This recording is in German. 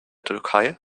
türkei